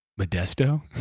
Modesto